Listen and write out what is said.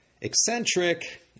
Eccentric